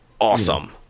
awesome